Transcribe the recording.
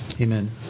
Amen